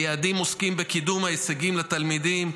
היעדים עוסקים בקידום ההישגים של התלמידים,